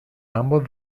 ambos